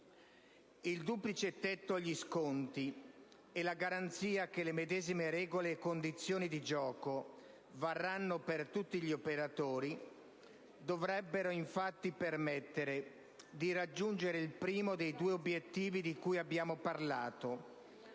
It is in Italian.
Il duplice tetto agli sconti e la garanzia che le medesime regole e condizioni di gioco varranno per tutti gli operatori dovrebbero infatti permettere di raggiungere il primo dei due obiettivi di cui abbiamo parlato,